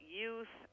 youth